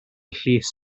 llys